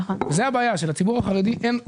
זה הבעיה, שלציבור החרדי אין פתרון.